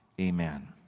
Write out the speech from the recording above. amen